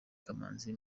kamanzi